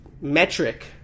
metric